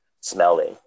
smelling